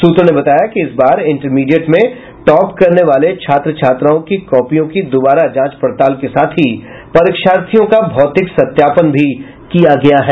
सूत्रों ने बताया कि इस बार इंटरमीडिएट में टॉप करने वाले छात्र छात्राओं की कॉपियों की दुबारा जांच पड़ताल के साथ ही परीक्षार्थियों का भौतिक सत्यापन भी किया गया है